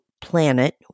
planet